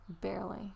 Barely